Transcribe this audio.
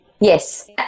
Yes